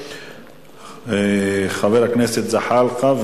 חבר הכנסת זחאלקה,